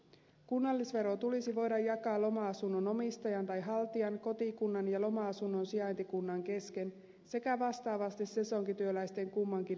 kunnallisvero tulisi voida jakaa loma asunnon omistajan tai haltijan kotikunnan ja loma asunnon sijaintikunnan kesken sekä vastaavasti sesonkityöläisten kummankin asuinpaikkakunnan kesken